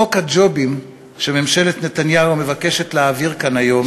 חוק הג'ובים שממשלת נתניהו מבקשת להעביר כאן היום